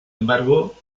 embargo